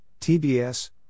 TBS